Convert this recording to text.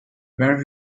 where